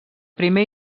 primer